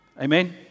Amen